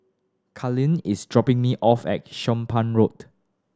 Carlene is dropping me off at Somapah Road